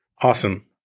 Awesome